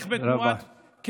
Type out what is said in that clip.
מאוד יפה, חשובה.